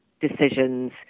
decisions